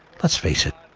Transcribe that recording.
let's face it,